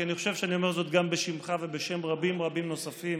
כי אני חושב שאני אומר זאת גם בשמך ובשם רבים רבים נוספים,